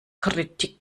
kritik